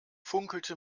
funkelte